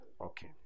Okay